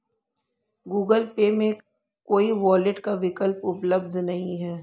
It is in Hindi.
गूगल पे में कोई वॉलेट का विकल्प उपलब्ध नहीं है